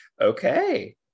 Okay